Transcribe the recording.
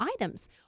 items